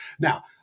Now